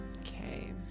Okay